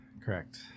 Correct